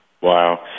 wow